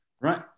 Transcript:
right